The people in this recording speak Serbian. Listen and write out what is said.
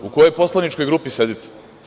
U kojoj poslaničkoj grupi sedite?